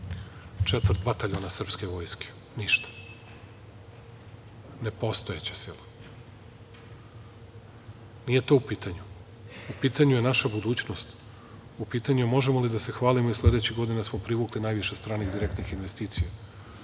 četvrt bataljona srpske vojske. Ništa. Nepostojeća sila. Nije to u pitanju. U pitanju je naša budućnost. U pitanju je možemo li da se hvalimo i sledećih godina da smo privukli najviših stranih direktnih investicija,